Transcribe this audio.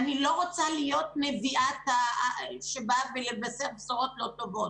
אני לא רוצה להיות נביאה שבאה לבשר בשורות לא טובות